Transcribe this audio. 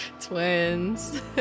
Twins